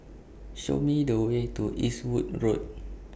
Show Me The Way to Eastwood Road